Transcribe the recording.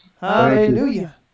Hallelujah